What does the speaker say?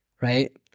right